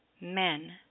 men